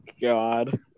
god